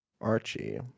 Archie